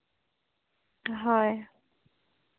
ᱦᱳᱭ